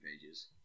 pages